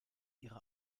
ihre